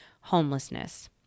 homelessness